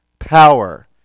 power